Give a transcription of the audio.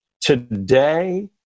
Today